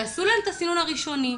תעשו להם סינון ראשוני,